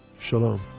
Shalom